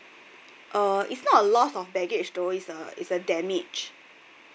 uh it's not a loss of baggage though it's a damage